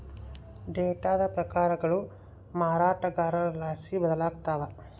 ಡೇಟಾದ ಪ್ರಕಾರಗಳು ಮಾರಾಟಗಾರರ್ಲಾಸಿ ಬದಲಾಗ್ತವ